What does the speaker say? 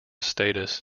status